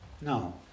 No